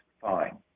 fine